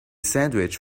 sandwich